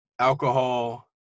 alcohol